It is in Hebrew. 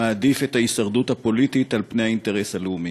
מעדיף את ההישרדות הפוליטית על פני האינטרס הלאומי,